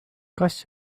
kas